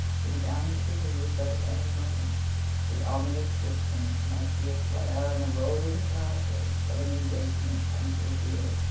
he began to believe that at any moment the ominous distance might be aflare, and the rolling crashes of an engagement come to his ears.